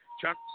Chuck